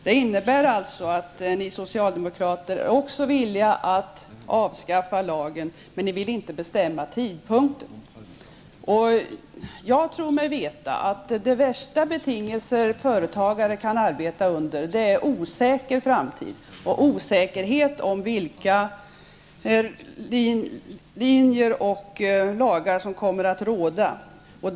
Det innebär alltså att socialdemokraterna också är villiga att avskaffa lagen men inte att bestämma tidpunkten. Jag tror mig veta, att de värsta betingelser som företagare kan arbeta under är när framtiden är osäker och osäkerhet råder om vilka riktlinjer och lagar som kommer att gälla.